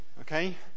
okay